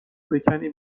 بکنی